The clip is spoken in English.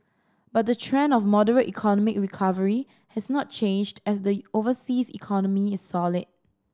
but the trend of moderate economic recovery has not changed as the overseas economy is solid